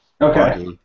Okay